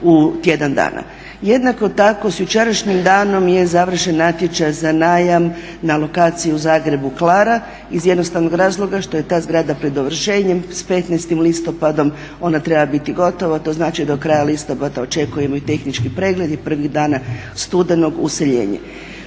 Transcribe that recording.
Jednako tako s jučerašnjim danom je završen natječaj za najam na lokaciji u Zagrebu Klara iz jednostavnog razloga što je ta zgrada pred dovršenjem. S 15.listopadom ona treba biti gotova, a to znači da do kraja listopada očekujemo i tehnički pregled i prvih dana studenog useljenje.